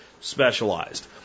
specialized